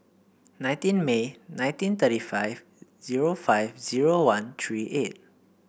nineteen May nineteen thirty five zero five zero one three eight